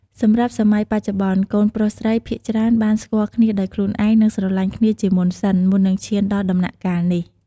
សម្រាប់សម័យបច្ចុប្បន្ន កូនប្រុសស្រីភាគច្រើនបាន ស្គាល់គ្នាដោយខ្លួនឯង និងស្រឡាញ់គ្នាជាមុនសិន មុននឹងឈានដល់ដំណាក់កាលនេះ។